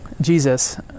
Jesus